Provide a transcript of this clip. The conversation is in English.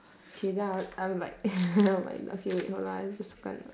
okay then I'll I'll like I'll like okay wait hold on just circle